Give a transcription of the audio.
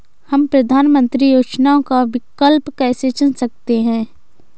हम प्रधानमंत्री योजनाओं का विकल्प कैसे चुन सकते हैं?